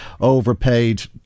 overpaid